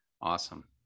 Awesome